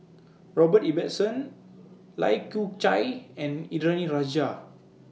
Robert Ibbetson Lai Kew Chai and Indranee Rajah